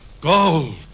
Gold